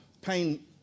pain